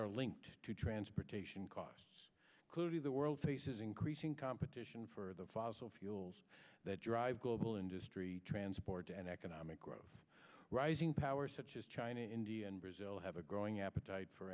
are linked to transportation costs including the world faces increasing competition for the fossil fuels that drive global industry transport and economic growth rising powers such as china india and brazil have a growing appetite for